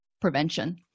prevention